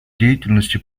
деятельности